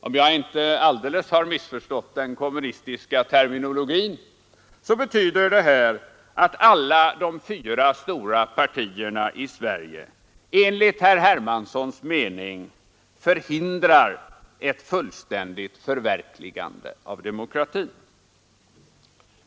Om jag inte alldeles har missförstått den kommunistiska terminologin betyder detta, att alla de fyra stora partierna i Sverige, enligt herr Hermanssons mening, förhindrar ett fullständigt förverkligande av demokratin.